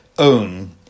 own